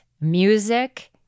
music